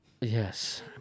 Yes